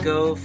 go